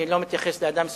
אני לא מתייחס לאדם ספציפי,